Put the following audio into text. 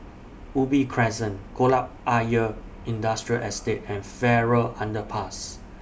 Ubi Crescent Kolam Ayer Industrial Estate and Farrer Underpass